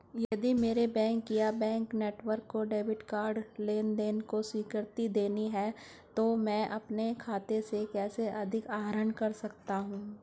यदि मेरे बैंक या बैंक नेटवर्क को डेबिट कार्ड लेनदेन को स्वीकृति देनी है तो मैं अपने खाते से कैसे अधिक आहरण कर सकता हूँ?